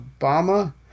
Obama